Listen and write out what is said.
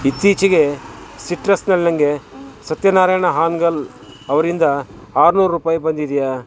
ಇತ್ತೀಚಿಗೆ ಸಿಟ್ರಸ್ನಲ್ಲಿ ನನಗೆ ಸತ್ಯನಾರಾಯಣ ಹಾನ್ಗಲ್ ಅವರಿಂದ ಆರ್ನೂರು ರೂಪಾಯಿ ಬಂದಿದೆಯಾ